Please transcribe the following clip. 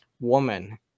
woman